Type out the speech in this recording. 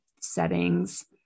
settings